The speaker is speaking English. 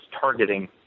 targeting